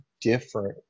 different